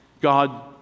God